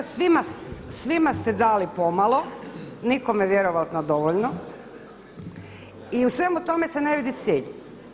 Svima ste dali pomalo, nikome vjerojatno dovoljno i u svemu tome se ne vidi cilj.